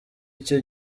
icyo